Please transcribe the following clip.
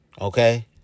Okay